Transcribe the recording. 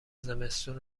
زمستون